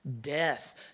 death